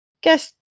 Guess